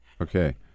Okay